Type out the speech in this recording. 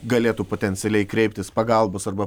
galėtų potencialiai kreiptis pagalbos arba